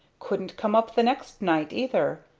couldn't come up the next night either.